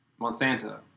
Monsanto